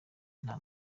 nta